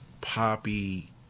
poppy